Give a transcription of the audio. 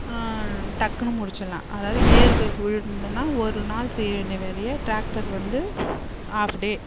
டக்குனு முடிச்சுட்லாம் அதாவது ஏர் உழுதுனா ஒரு நாள் செய்ய வேண்டிய வேலையை ட்ராக்டர் வந்து ஹாஃப் டே